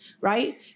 Right